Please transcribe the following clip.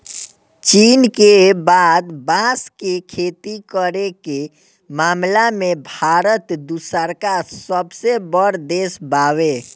चीन के बाद बांस के खेती करे के मामला में भारत दूसरका सबसे बड़ देश बावे